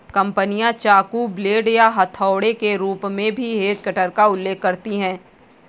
कंपनियां चाकू, ब्लेड या हथौड़े के रूप में भी हेज कटर का उल्लेख करती हैं